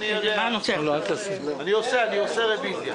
אני מצטרף לרוויזיה.